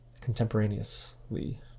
contemporaneously